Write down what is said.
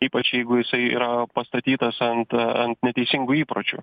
ypač jeigu jisai yra pastatytas ant ant neteisingų įpročių